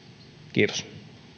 kiitos